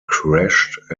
crashed